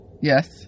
Yes